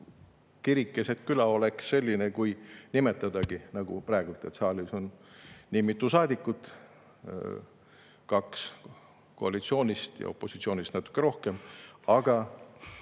kirik keset küla oleks selline, kui nimetadagi, nagu praegu, et saalis on nii mitu saadikut, kaks koalitsioonist ja opositsioonist natuke rohkem. Aga